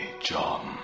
John